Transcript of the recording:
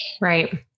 Right